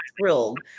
thrilled